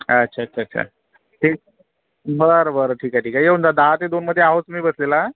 अच्छा अच्छा अच्छा अच्छा ठीक बरं बरं ठीक आहे ठीक आहे येऊन जा दहा ते दोनमध्ये आहोत मी बसलेला